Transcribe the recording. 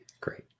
Great